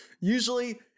usually